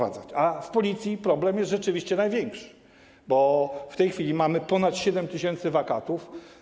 A w Policji problem jest rzeczywiście największy, bo w tej chwili mamy ponad 7 tys. wakatów.